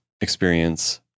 experience